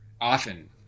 often